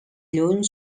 lluny